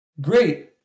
great